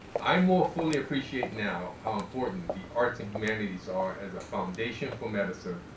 i more fully appreciate now how important the arts and humanities are as a foundation for medicine,